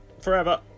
forever